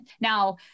Now